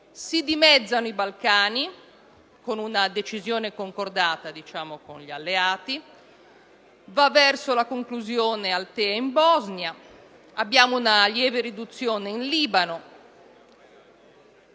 missione nei Balcani, con una decisione concordata con gli alleati; va verso la conclusione la missione «Althea» in Bosnia; abbiamo una lieve riduzione in Libano